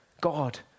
God